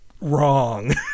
wrong